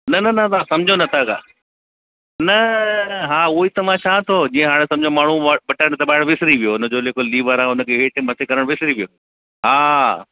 न न न तव्हां समुझो नथा तव्हां न हा उअई त मां चवां थो जीअं हाणे समुझो माण्हू बटण दबाइण विसरी वियो हुनजो जेको लीवर आहे हुनखे हेठि मथे करणु विसरी वियो हा